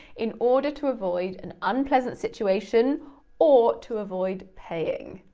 in order to avoid an unpleasant situation or to avoid paying.